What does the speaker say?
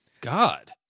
God